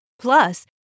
Plus